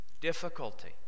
difficulty